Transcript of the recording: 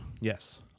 Yes